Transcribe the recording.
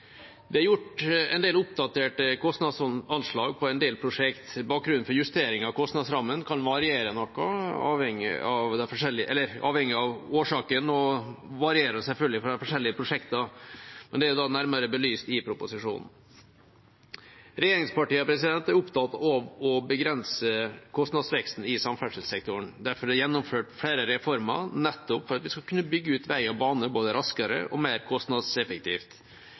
Det er gjort en del oppdaterte kostnadsanslag for en del prosjekt. Bakgrunnen for justering av kostnadsrammen kan variere noe, avhengig av årsaken, og varierer selvfølgelig for forskjellige prosjekter. Men det er nærmere belyst i proposisjonen. Regjeringspartiene er opptatt av å begrense kostnadsveksten i samferdselssektoren. Derfor er det gjennomført flere reformer nettopp for at vi skal kunne bygge ut vei og bane både raskere og mer kostnadseffektivt.